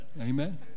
amen